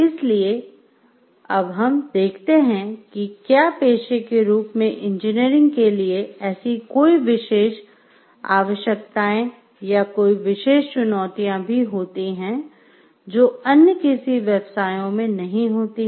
इसलिए अब हम देखते हैं कि क्या पेशे के रूप में इंजीनियरिंग के लिए ऐसी कोई विशेष आवश्यकताएं या कोई विशेष चुनौतियां भी होतीं हैंजो अन्य किसी व्यवसायों में नहीं होती हैं